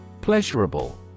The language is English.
Pleasurable